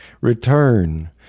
return